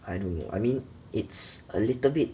I don't know I mean it's a little bit